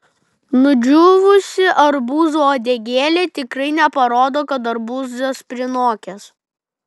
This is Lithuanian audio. nudžiūvusi arbūzo uodegėlė tikrai neparodo kad arbūzas prinokęs